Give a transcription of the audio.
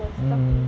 mm